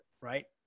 Right